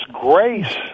grace